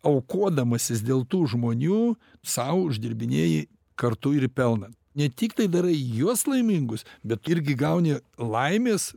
aukodamasis dėl tų žmonių sau uždirbinėji kartu ir pelną ne tik tai darai juos laimingus bet irgi gauni laimės